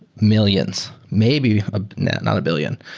millions. maybe ah not a billion.